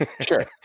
Sure